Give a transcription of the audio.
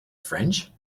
french